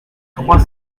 trois